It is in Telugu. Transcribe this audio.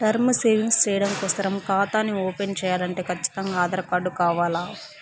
టర్మ్ సేవింగ్స్ చెయ్యడం కోసరం కాతాని ఓపన్ చేయాలంటే కచ్చితంగా ఆధార్ కార్డు కావాల్ల